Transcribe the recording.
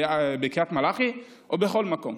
בקריית מלאכי ובכל מקום.